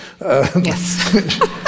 Yes